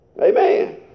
Amen